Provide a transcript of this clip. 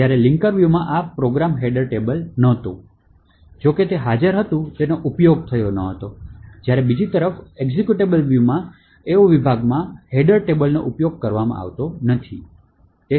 જ્યારે લિંકર વ્યૂમાં આ પ્રોગ્રામ હેડર ટેબલ નહોતો જોકે તે હાજર હતો તેનો ઉપયોગ થયો ન હતો જ્યારે બીજી તરફ એક્ઝિક્યુટેબલ વ્યૂમાં તેઓ વિભાગમાં હેડર ટેબલનો ઉપયોગ કરવામાં આવતો નથી